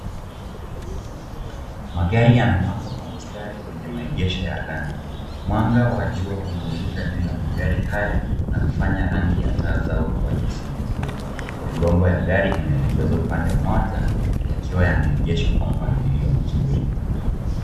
Magari yamepangwa kwa mstari kwenye maegesho ya lami. Mwanga wa jua unamulika juu ya magari haya na kufanya rangi ya taa zao kuakisi vizuri. Migongo ya magari imeelekezwa upande mmoja yakiwa yameegeshwa kwa mpangilio mzuri.